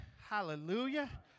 Hallelujah